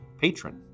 patron